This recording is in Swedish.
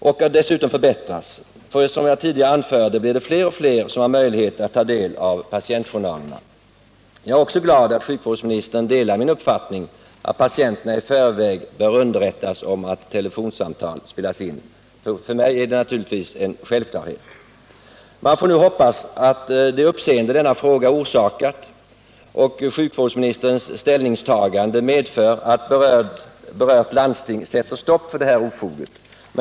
Det är viktigt att de förbättras, för som jag tidigare anförde blir det fler och fler som har möjlighet att ta del av patientjournalerna. Jag är också glad att sjukvårdsministern delar min uppfattning att patienterna i förväg bör underrättas om att telefonsamtal spelas in. För mig är naturligtvis detta en självklarhet. Man får nu hoppas att det uppseende denna fråga orsakat och sjukvårdsministerns ställningstagande här medför att berört landsting sätter stopp för det ofoget.